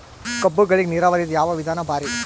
ಕಬ್ಬುಗಳಿಗಿ ನೀರಾವರಿದ ಯಾವ ವಿಧಾನ ಭಾರಿ?